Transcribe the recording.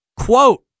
Quote